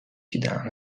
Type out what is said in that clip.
gedaan